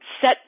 set